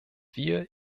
wir